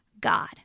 God